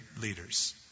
leaders